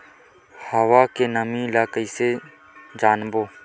हवा के नमी ल कइसे जानबो?